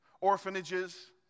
orphanages